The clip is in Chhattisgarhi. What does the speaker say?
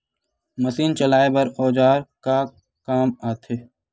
मशीन चलाए बर औजार का काम आथे?